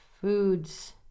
foods